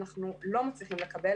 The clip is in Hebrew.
אנחנו לא מצליחים לקבל,